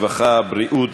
הרווחה והבריאות